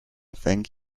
thank